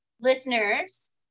listeners